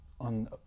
on